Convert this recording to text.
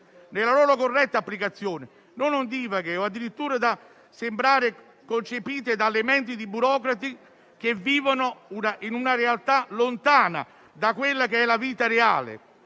nella loro corretta applicazione, non ondivaghe o addirittura da sembrare concepite dalle menti di burocrati che vivono in una realtà lontana da quella che è la vita reale;